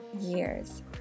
years